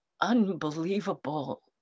unbelievable